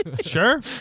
Sure